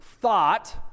thought